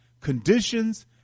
conditions